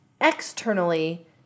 externally